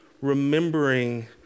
Remembering